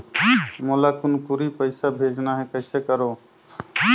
मोला कुनकुरी पइसा भेजना हैं, कइसे करो?